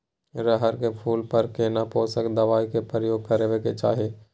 रहर के फूल पर केना पोषक दबाय के प्रयोग करबाक चाही?